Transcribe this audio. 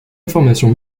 information